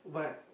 but